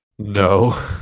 no